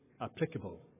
applicable